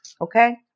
Okay